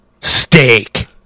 steak